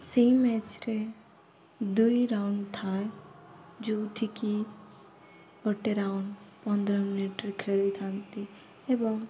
ସେଇ ମ୍ୟାଚ୍ରେ ଦୁଇ ରାଉଣ୍ଡ ଥାଏ ଯେଉଁଠିକି ଗୋଟେ ରାଉଣ୍ଡ ପନ୍ଦର ମିନିଟରେେ ଖେଳିଥାନ୍ତି ଏବଂ